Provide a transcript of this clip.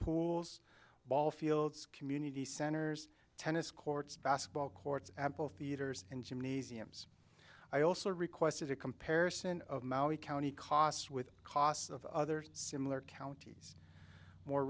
pools ball fields community centers tennis courts basketball courts ample theaters and gymnasiums i also requested a comparison of maui county costs with costs of other similar counties more